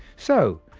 so,